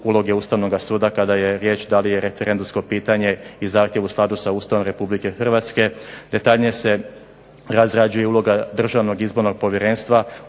uloge Ustavnog suda kada je riječ da li je referendumsko pitanje i zahtjev u skladu sa Ustava Republike Hrvatske, detaljnije se razrađuje uloga Državnog izbornog povjerenstva,